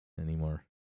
anymore